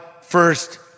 first